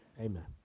Amen